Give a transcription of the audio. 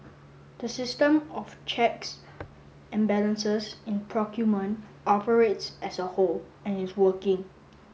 the system of checks and balances in procurement operates as a whole and is working